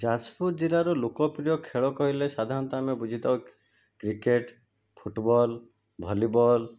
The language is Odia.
ଯାଜପୁର ଜିଲ୍ଲାର ଲୋକପ୍ରିୟ ଖେଳ କହିଲେ ସାଧାରଣତଃ ଆମେ ବୁଝିଥାଉ କ୍ରିକେଟ୍ ଫୁଟବଲ୍ ଭଲିବଲ୍